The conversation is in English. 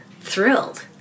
thrilled